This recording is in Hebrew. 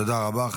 תודה רבה.